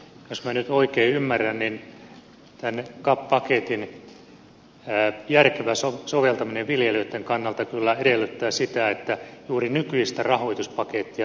jos minä nyt oikein ymmärrän niin tämän cap paketin järkevä soveltaminen viljelijöitten kannalta kyllä edellyttää sitä että juuri nykyistä rahoituspakettia rahoituskokonaisuutta ei leikata